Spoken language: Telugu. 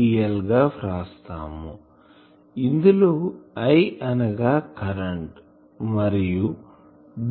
dl గా వ్రాస్తాము ఇందులో I అనగా కరెంటు మరియు